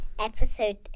episode